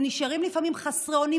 שנשארים לפעמים חסרי אונים,